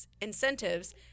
incentives